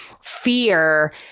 fear